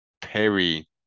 Perry